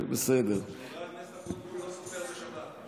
חבר הכנסת אבוטבול לא סופר בשבת.